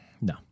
No